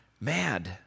mad